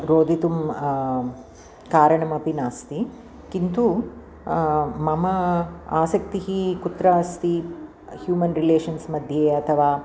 रोदितुं कारणमपि नास्ति किन्तु मम आसक्तिः कुत्र अस्ति ह्यूमन् रिलेशन्स्मध्ये अथवा